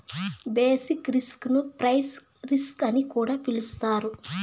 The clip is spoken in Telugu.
బేసిక్ రిస్క్ ను ప్రైస్ రిస్క్ అని కూడా పిలుత్తారు